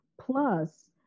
plus